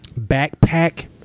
backpack